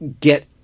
get